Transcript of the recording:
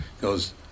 goes